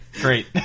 great